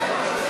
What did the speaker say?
לא נתקבלה.